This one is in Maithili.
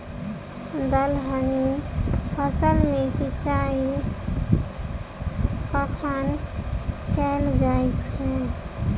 दलहनी फसल मे सिंचाई कखन कैल जाय छै?